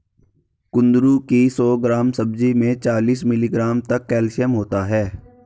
कुंदरू की सौ ग्राम सब्जी में चालीस मिलीग्राम तक कैल्शियम होता है